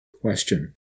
Question